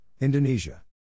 Indonesia